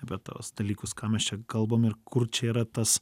apie tuos dalykus ką mes čia kalbam ir kur čia yra tas